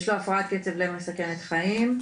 יש לו הפרעת קצב לב מסכנת חיים,